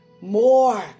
more